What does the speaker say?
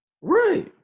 Right